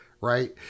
right